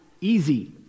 easy